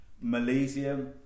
Malaysia